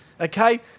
Okay